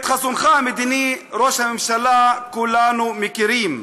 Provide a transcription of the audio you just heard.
את חזונך המדיני, ראש הממשלה, כולנו מכירים: